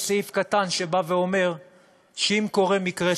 יש סעיף קטן שבא ואומר שאם קורה מקרה